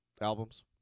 albums